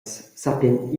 sappien